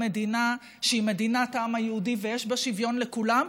המדינה שהיא מדינת העם היהודי ויש בה שוויון לכולם.